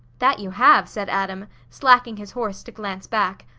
that you have, said adam, slacking his horse to glance back.